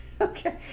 Okay